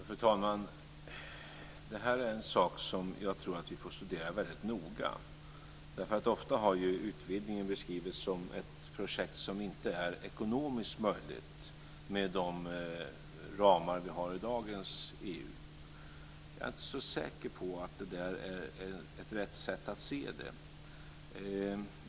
Fru talman! Det här är en sak som jag tror att vi får studera väldigt noga. Ofta har utvidgningen beskrivits om ett projekt som inte är ekonomiskt möjligt med de ramar vi har i dagens EU. Jag är inte så säker på att det är rätt sett att se det.